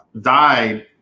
died